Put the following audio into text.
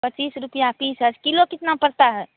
पच्चीस रुपया पीस है किलो कितना पड़ता है